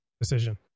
decision